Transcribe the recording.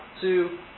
two